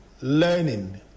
learning